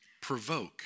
provoke